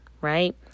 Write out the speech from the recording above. right